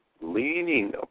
leaning